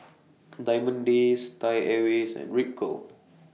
Diamond Days Thai Airways and Ripcurl